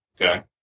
Okay